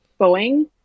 Boeing